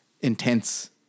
intense